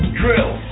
drill